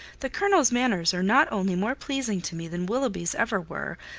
the colonel's manners are not only more pleasing to me than willoughby's ever were,